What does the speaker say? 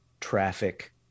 traffic